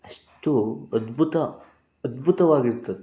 ಅಷ್ಟು ಅದ್ಭುತ ಅದ್ಭುತವಾಗಿ ಇರ್ತಾಯಿತ್ತು